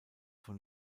von